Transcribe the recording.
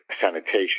sanitation